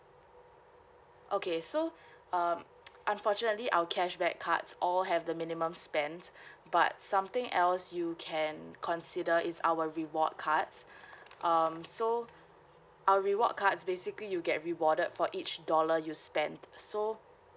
okay so um unfortunately our cashback cards all have the minimum spend but something else you can consider is our reward cards um so our reward cards basically you get rewarded for each dollar you spend so